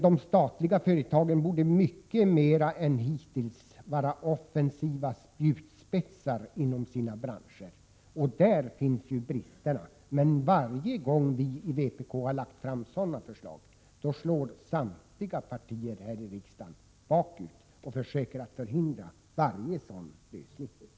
De statliga företagen borde mycket mera än hittills vara offensiva spjutspetsar inom sina branscher. Där finns bristerna. Men varje gång vi i vpk lägger fram förslag i den riktningen slår samtliga andra partier här i riksdagen bakut och försöker att förhindra alla sådana lösningar.